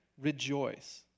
rejoice